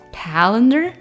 calendar